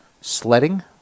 Sledding